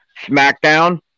SmackDown